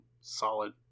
solid